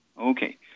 Okay